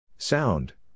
Sound